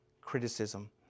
criticism